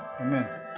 Amen